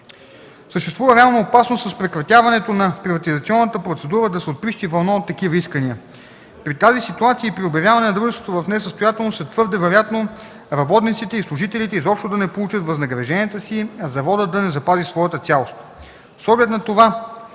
Съществува реална опасност с прекратяването на приватизационната процедура да се отприщи вълна от такива искания. При тази ситуация и при обявяване на дружеството в несъстоятелност е твърде вероятно работниците и служителите изобщо да не получат възнагражденията си, а заводът да не запази своята цялост.